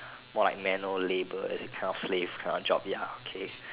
more like manual labour it's a kind of slave kind of job ya case